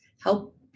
help